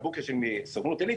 ה-booker של סוכנות עילית,